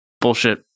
bullshit